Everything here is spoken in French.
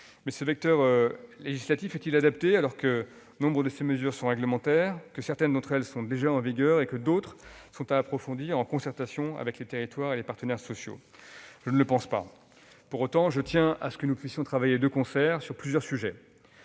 ce vecteur législatif est-il adapté, alors que nombre de ces mesures sont de nature réglementaire, que certaines sont déjà en vigueur et que d'autres sont à approfondir en concertation avec les territoires et les partenaires sociaux ? Je ne le pense pas. Pour autant, je tiens à ce que nous puissions travailler de concert, sur plusieurs sujets.